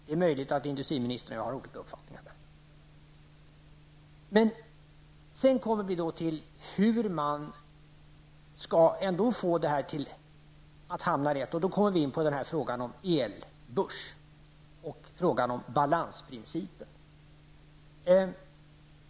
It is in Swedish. Det är möjligt att industriminstern och jag har olika uppfattningar där. Men sedan kommer vi till hur man ändå skall hamna rätt, och då kommer vi in på frågan om elbörs och frågan om balansprincipen.